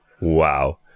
Wow